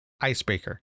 Icebreaker